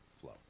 flow